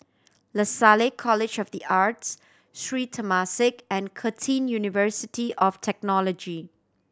Lasalle College of The Arts Sri Temasek and Curtin University of Technology